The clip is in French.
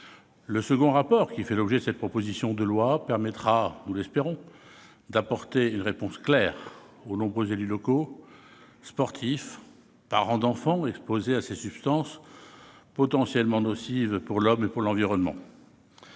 Le second rapport qui fait l'objet de cette proposition de loi permettra, nous l'espérons, d'apporter une réponse claire aux nombreux élus locaux, sportifs et parents d'enfants exposés à ces substances potentiellement nocives pour l'homme et pour l'environnement.